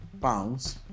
pounds